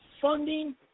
funding